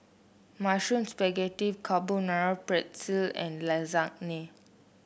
Mushroom Spaghetti Carbonara Pretzel and Lasagna